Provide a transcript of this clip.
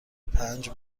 پنج